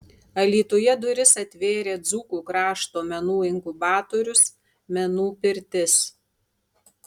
alytuje duris atvėrė dzūkų krašto menų inkubatorius menų pirtis